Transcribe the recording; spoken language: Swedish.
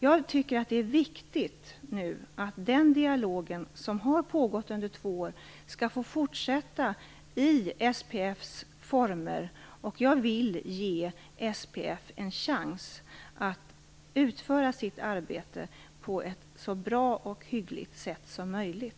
Jag tycker att det är viktigt att den dialog som har pågått under två år skall skall få fortsätta i SPF:s former. Jag vill ge SPF en chans att utföra sitt arbete på ett så bra och hyggligt sätt som möjligt.